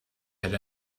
had